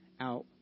out